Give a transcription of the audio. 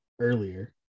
earlier